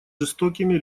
жестокими